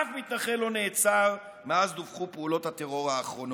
אף מתנחל לא נעצר מאז דווחו פעולות הטרור האחרונות.